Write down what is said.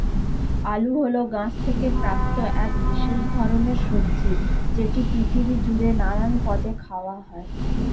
আলু হল গাছ থেকে প্রাপ্ত এক বিশেষ ধরণের সবজি যেটি পৃথিবী জুড়ে নানান পদে খাওয়া হয়